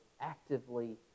actively